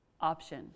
option